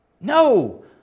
No